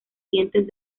dientes